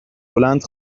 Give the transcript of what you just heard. بلند